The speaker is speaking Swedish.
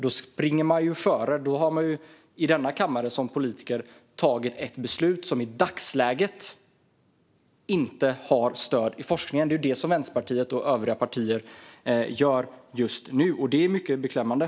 Då springer man före och tar ett beslut som i dagsläget inte har stöd i forskningen. Det är ju det Vänsterpartiet och övriga partier gör nu, och det är beklämmande.